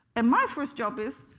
and my first job is,